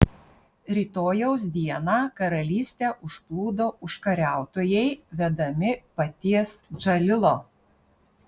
rytojaus dieną karalystę užplūdo užkariautojai vedami paties džalilo